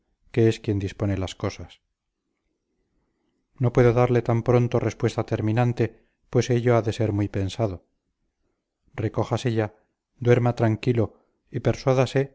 que es quien dispone las cosas no puedo darle tan pronto respuesta terminante pues ello ha de ser muy pensado recójase ya duerma tranquilo y persuádase de